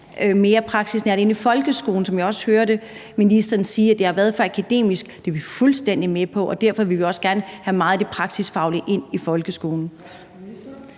mere praksisnært i forhold til folkeskolen, hvor jeg også hører ministeren sige, at det har været for akademisk. Det er vi fuldstændig med på, og derfor vil vi også gerne have meget af det praksisfaglige ind i folkeskolen.